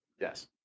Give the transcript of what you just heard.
Yes